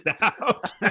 out